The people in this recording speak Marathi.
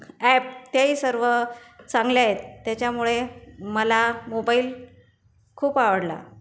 ॲप ते सर्व चांगले आहेत त्याच्यामुळे मला मोबाईल खूप आवडला